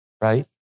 right